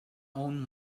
own